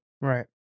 Right